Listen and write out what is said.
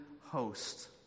host